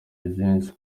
rwinshi